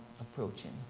approaching